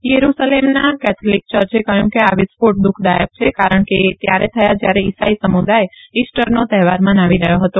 યુરૂસલેમના Catholic યર્ચે કહ્યું કે આ વિસ્ફોઃ દુઃખદાયક છે કારણ કે એ ત્યારે થયા યારે ઈસાઈ સમુદાય ઈસારનો તહેવાર મનાવી રહયો હતો